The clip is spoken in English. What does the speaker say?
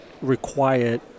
required